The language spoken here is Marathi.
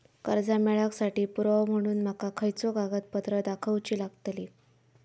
कर्जा मेळाक साठी पुरावो म्हणून माका खयचो कागदपत्र दाखवुची लागतली?